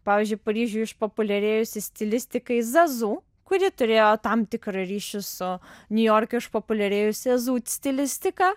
pavyzdžiui paryžiuj išpopuliarėjusi stilistikai zazu kuri turėjo tam tikrą ryšį su niujorke išpopuliarėjusia zut stilistika